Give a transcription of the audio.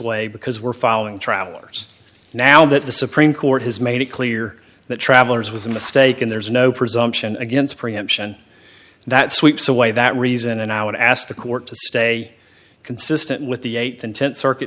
way because we're following travelers now that the supreme court has made it clear that travelers was a mistake and there's no presumption against preemption that sweeps away that reason and i would ask the court to stay consistent with the th and th circuit